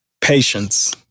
patience